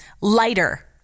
lighter